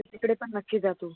तर तिकडे पण नक्की जा तू